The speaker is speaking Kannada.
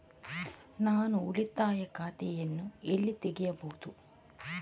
ನಾನು ಉಳಿತಾಯ ಖಾತೆಯನ್ನು ಎಲ್ಲಿ ತೆಗೆಯಬಹುದು?